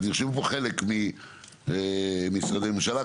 נרשמו פה חלק ממשרדי ממשלה.